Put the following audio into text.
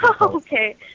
Okay